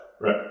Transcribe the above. Right